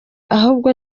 ahubwo